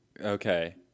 Okay